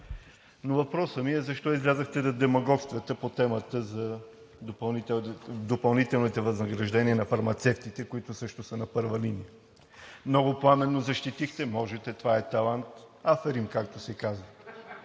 Въпросът ми е: защо излязохте да демагогствате по темата за допълнителните възнаграждения на фармацевтите, които също са на първа линия? Много пламенно ги защитихте, можете и това е талант – аферим, както се казва,